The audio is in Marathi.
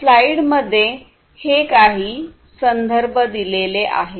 स्लाइडमध्ये दिलेला हे काही संदर्भ आहे